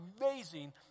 amazing